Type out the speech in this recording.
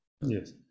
Yes